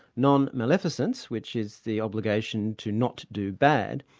non-maleficence, which is the obligation to not do bad,